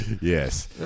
Yes